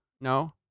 no